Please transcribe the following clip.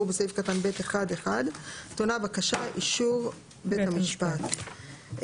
בסעיף קטן (ב1)(1) טעונה הבקשה אישור בית המשפט,